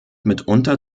mitunter